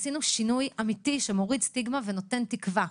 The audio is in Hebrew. עשינו שינוי אמיתי, שמוריד סטיגמה ונותן תקווה.